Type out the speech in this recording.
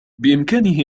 بإمكانه